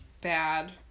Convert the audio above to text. bad